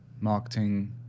marketing